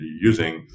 using